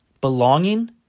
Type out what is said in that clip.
Belonging